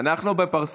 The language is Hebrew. הוא שאל כבר?